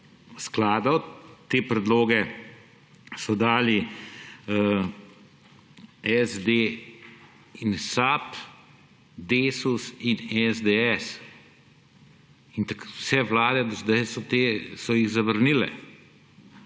skladov. Te predloge so dali SD in SAB, Desus in SDS. In vse vlade do sedaj so jih zavrnile.